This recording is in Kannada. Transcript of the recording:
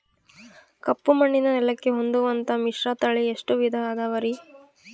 ಕಪ್ಪುಮಣ್ಣಿನ ನೆಲಕ್ಕೆ ಹೊಂದುವಂಥ ಮಿಶ್ರತಳಿ ಎಷ್ಟು ವಿಧ ಅದವರಿ?